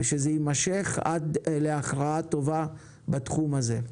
ושזה יימשך עד להכרעה טובה בתחום הזה.